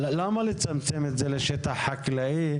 למה לצמצם את זה לשטח חקלאי?